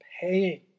paying